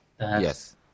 yes